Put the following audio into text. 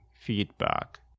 feedback